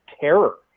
terror